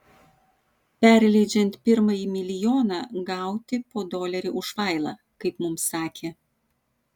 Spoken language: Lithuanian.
perleidžiant pirmąjį milijoną gauti po dolerį už failą kaip mums sakė